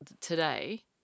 today –